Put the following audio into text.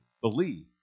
believe